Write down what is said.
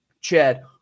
Chad